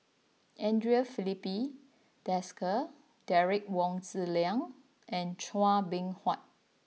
Andre Filipe Desker Derek Wong Zi Liang and Chua Beng Huat